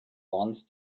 once